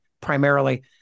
primarily